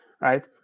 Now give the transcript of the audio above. right